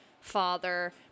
father